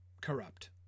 corrupt